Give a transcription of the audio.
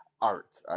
Art